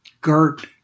Gert